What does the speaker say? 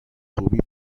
خوبی